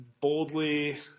boldly